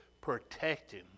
protecting